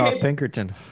Pinkerton